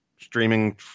Streaming